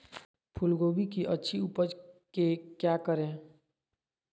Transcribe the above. फूलगोभी की अच्छी उपज के क्या करे?